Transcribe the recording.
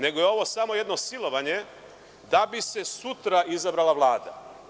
Ovo je samo jedno silovanje da bi se sutra izabrala Vlada.